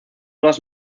las